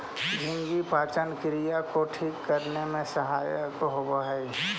झींगा पाचन क्रिया को ठीक करने में सहायक होवअ हई